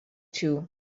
two